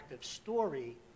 story